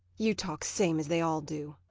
you talk same as they all do.